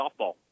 softball